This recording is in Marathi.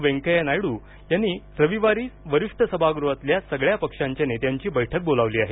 वेंकैया नायडू यांनी रविवारी वरिष्ठ सभागृहातल्या सगळ्या पक्षांच्या नेत्यांची बैठक बोलावली आहे